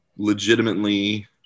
legitimately